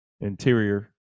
Interior